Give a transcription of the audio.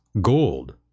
gold